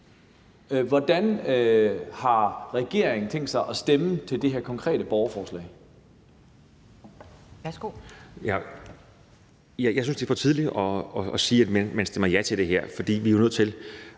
Hvordan har regeringen tænkt sig at stemme til det her konkrete borgerforslag?